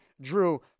Drew